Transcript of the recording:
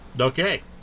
Okay